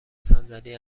صندلی